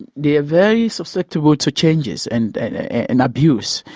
they are very susceptible to changes and and abuse.